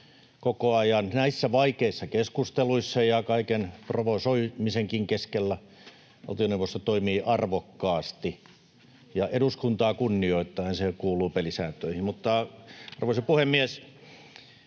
koko ajan näissä vaikeissa keskusteluissa ja kaiken provosoimisenkin keskellä valtioneuvosto toimii arvokkaasti ja eduskuntaa kunnioittaen. Se kuuluu pelisääntöihin. Mutta, arvoisa puhemies,